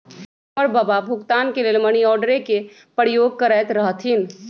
हमर बबा भुगतान के लेल मनीआर्डरे के प्रयोग करैत रहथिन